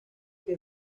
que